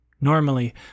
Normally